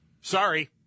Sorry